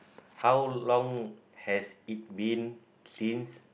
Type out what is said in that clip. how long has it been since